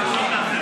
48, אין נמנעים.